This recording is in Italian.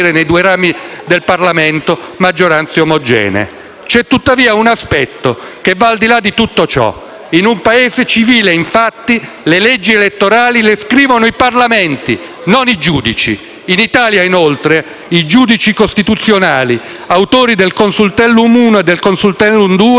C'è tuttavia un aspetto che va al di là di tutto ciò. In un Paese civile, infatti, le leggi elettorali le scrivono i Parlamenti, non i giudici. In Italia, inoltre, i giudici costituzionali autori del Consultellum e del Consultellum 2 non ambivano ad arrogarsi la scrittura di quelle norme,